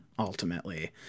ultimately